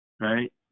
right